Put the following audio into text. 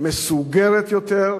מסוגרת יותר,